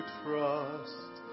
trust